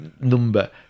number